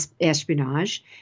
Espionage